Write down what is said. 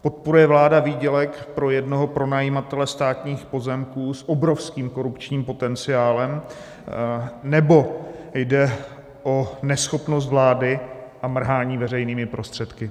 Podporuje vláda výdělek pro jednoho pronajímatele státních pozemků s obrovským korupčním potenciálem, nebo jde o neschopnost vlády a mrhání veřejnými prostředky?